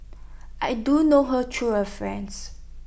I do know her through A friend